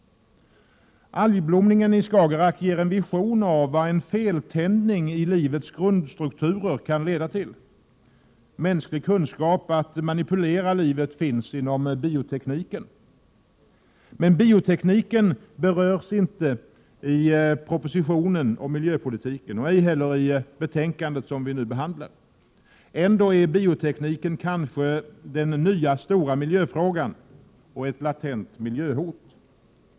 Algblomningen i Skagerrak ger en vision av vad en feltändning i livets grundstrukturer kan leda till. Mänsklig kunskap att manipulera livet finns inom biotekniken. Men biotekniken berörs inte i propositionen om miljöpolitiken, ej heller i det betänkande vi nu behandlar. Ändå är kanske biotekniken den nya stora miljöfrågan och ett latent miljöhot.